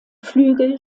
flügel